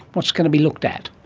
what's going to be looked at?